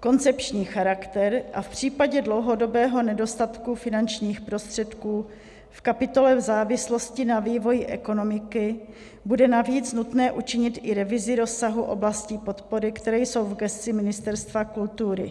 koncepční charakter a v případě dlouhodobého nedostatku finančních prostředků v kapitole v závislosti na vývoji ekonomiky bude navíc nutné učinit i revizi rozsahu oblastní podpory, které jsou v gesci Ministerstva kultury.